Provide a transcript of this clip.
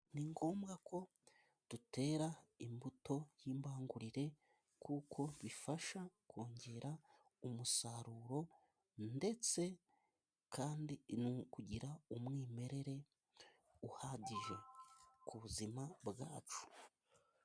Ni ngombwa ko dutera imbuto y’imbangurire, kuko bifasha kongera umusaruro, ndetse kandi mu kugira umwimerere uhagije ku buzima bwacu.